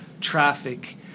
traffic